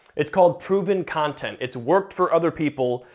it's called proven content. it's worked for other people,